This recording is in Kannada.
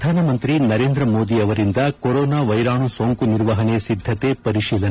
ಪ್ರಧಾನಮಂತ್ರಿ ನರೇಂದ್ರ ಮೋದಿ ಅವರಿಂದ ಕೊರೋನಾ ವೈರಾಣು ಸೋಂಕು ನಿರ್ವಹಣೆ ಸಿದ್ದತೆ ಪರಿಶೀಲನೆ